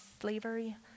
slavery